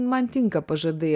man tinka pažadai